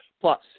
Plus